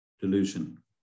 Delusion